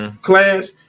class